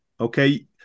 okay